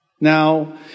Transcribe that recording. Now